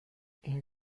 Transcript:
این